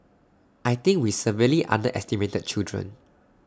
I think we severely underestimate children